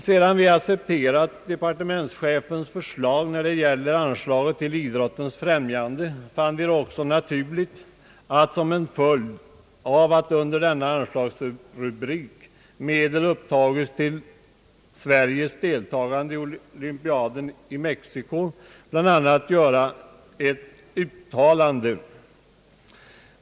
Sedan vi accepterat departementschefens förslag beträffande anslaget till idrottens främjande fann vi det också naturligt att göra ett uttalande som en följd av att under denna anslagsrubrik medel upptas till Sveriges deltagande i olympiaden i Mexico.